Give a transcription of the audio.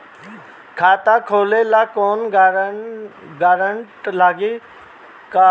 खाता खोले ला कौनो ग्रांटर लागी का?